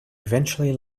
eventually